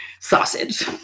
sausage